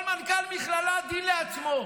כל מנכ"ל מכללה עושה דין לעצמו.